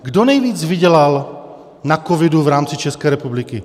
Kdo nejvíc vydělal na covidu v rámci České republiky?